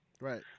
Right